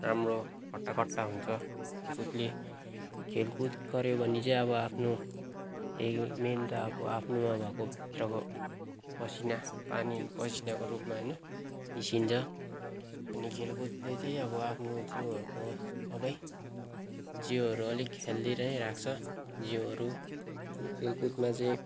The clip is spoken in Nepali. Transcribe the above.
राम्रो हट्टाकट्टा हुन्छ खेलकुदले खेलकुद गऱ्यो भने चाहिँ अब आफ्नो मेन त अब आफ्नोमा भएको भित्रको पसिना पानी पसिनाको रूपमा होइन निस्किन्छ अनि खेलकुदले चाहिँ आफ्नो जिउहरूको सबै जिउहरू अलिक हेल्दी नै राख्छ जिउहरू खेलकुदमा चाहिँ